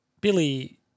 Billy